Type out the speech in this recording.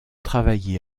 travaillé